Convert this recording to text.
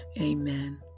Amen